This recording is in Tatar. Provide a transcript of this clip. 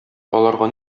аларга